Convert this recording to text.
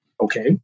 okay